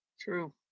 True